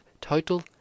total